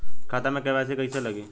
खाता में के.वाइ.सी कइसे लगी?